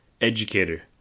educator